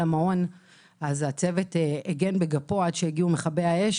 המעון הצוות יצא והגן בגופו עד שהגיע מכבי האש,